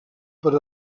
per